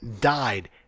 died